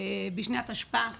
בשנת התשפ"א הנוכחית,